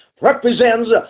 represents